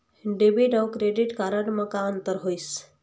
Debit अऊ credit card म का अंतर होइस?